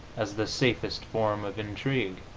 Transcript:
as the safest form of intrigue.